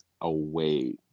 away